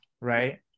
Right